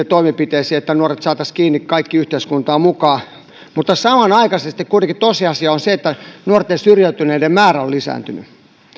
toimenpiteisiin että nuoret saataisiin kiinni kaikki yhteiskuntaan mukaan mutta samanaikaisesti kuitenkin tosiasia on se että nuorten syrjäytyneiden määrä on lisääntynyt